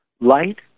light